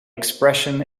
expression